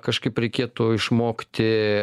kažkaip reikėtų išmokti